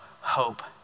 hope